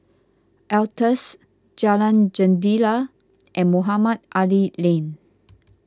Altez Jalan Jendela and Mohamed Ali Lane